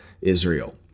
Israel